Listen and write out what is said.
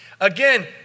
Again